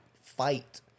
fight